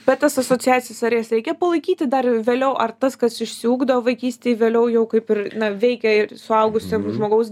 bet tas asociacijas ar jas reikia palaikyti dar vėliau ar tas kas išsiugdo vaikystėj vėliau jau kaip ir na veikia suaugusio žmogaus